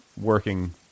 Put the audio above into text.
working